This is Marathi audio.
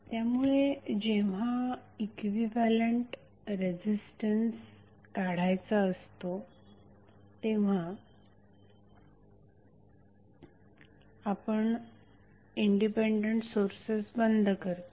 त्यामुळे जेव्हा इक्विव्हॅलेंट रेझिस्टन्स RTh काढायचा असतो तेव्हा आपण इंडिपेंडेंट सोर्सेस बंद करतो